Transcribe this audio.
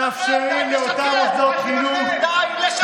למה אתה משקר לציבור בשם הקמפיין הזה?